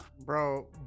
Bro